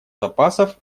запасов